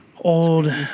Old